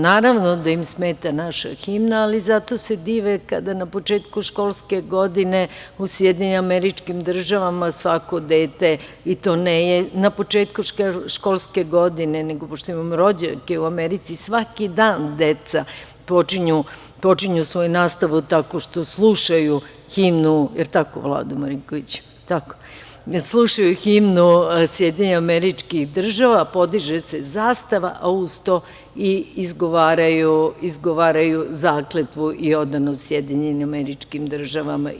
Naravno da im smeta naša himna, ali zato se dive kada na početku školske godine u SAD svako dete, i to ne na početku školske godine, pošto imam rođake u Americi, svaki dan deca počinju svoju nastavu tako što slušaju himnu SAD, podiže se zastava, a uz to i izgovaraju zakletvu i odanost SAD-u.